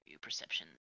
perception